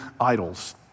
idols